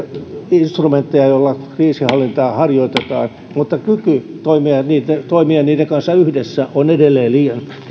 instrumentteja joilla kriisinhallintaa harjoitetaan mutta kyky toimia niiden kanssa yhdessä on edelleen liian